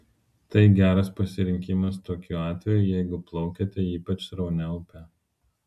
tai geras pasirinkimas tokiu atveju jeigu plaukiate ypač sraunia upe